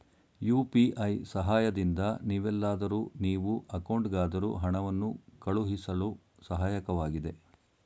UPI ಸಹಾಯದಿಂದ ನೀವೆಲ್ಲಾದರೂ ನೀವು ಅಕೌಂಟ್ಗಾದರೂ ಹಣವನ್ನು ಕಳುಹಿಸಳು ಸಹಾಯಕವಾಗಿದೆ